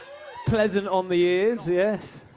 pleasant on the ears, yes?